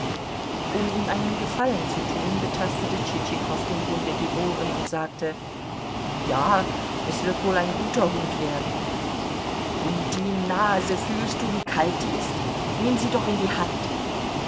um ihm einen gefallen zu tun betastete tschitschikow dem hunde die ohren und sagte ja es wird wohl ein guter hund werden und die nase fühlst du wie kalt die ist nimm sie doch in die hand